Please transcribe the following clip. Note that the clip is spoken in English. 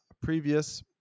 previous